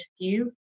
view